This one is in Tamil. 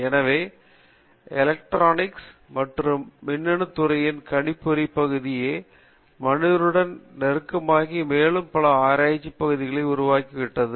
எனவே எலெக்ட்ரானிக்ஸ் மற்றும் மின்னணு துறையின் கணிப்பொறி பகுதியே மனிதருடன் நெருக்கமாகி மேலும் பல ஆராய்ச்சி பகுதிகளை உருவாக்கி விட்டது